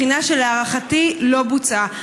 בחינה שלהערכתי לא נעשתה.